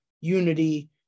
unity